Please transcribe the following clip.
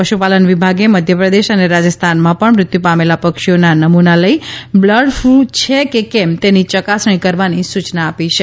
પશુપાલન વિભાગે મધ્યપ્રદેશ અને રાજસ્થાનમાં પણ મૃત્યુ પામેલા પક્ષીઓના નમૂના લઇ બર્ડફ્લ્ છે કે કેમ તેની ચકાસણી કરવાની સૂચના આપી છે